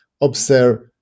observe